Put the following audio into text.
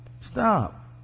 stop